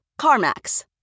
CarMax